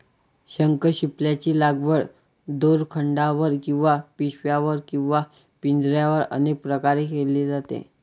शंखशिंपल्यांची लागवड दोरखंडावर किंवा पिशव्यांवर किंवा पिंजऱ्यांवर अनेक प्रकारे केली जाते